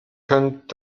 könnt